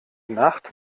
nacht